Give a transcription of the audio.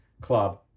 club